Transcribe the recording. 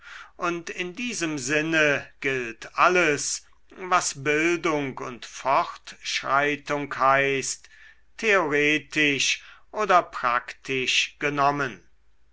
und in diesem sinne gilt alles was bildung und fortschreitung heißt theoretisch oder praktisch genommen